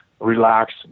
relax